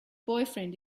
boyfriend